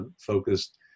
focused